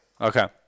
Okay